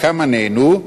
כמה נענו?